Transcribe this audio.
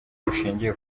bushingiye